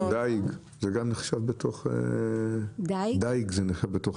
דיג נחשב בתוך המסחרי?